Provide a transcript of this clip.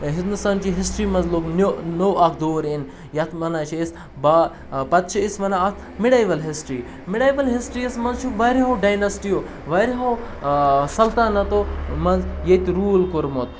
ہِندوستانچہِ history منٛز لوٚگ نیوٚ نو اَکھ دور یِنہٕ یَتھ وَنان چھِ أسۍ با پَتہٕ چھِ أسۍ وَنان اَتھ مِڈَیوَل ہِسٹرٛی مِڈَیوٕل ہِسٹرٛیٖیَس منٛز چھِ واریاہو ڈایناسِٹِیو واریاہو سلطنتو منٛز ییٹہِ روٗل کوٚرمُت